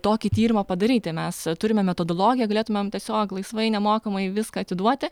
tokį tyrimą padaryti mes turime metodologiją galėtumėm tiesiog laisvai nemokamai viską atiduoti